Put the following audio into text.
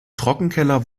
trockenkeller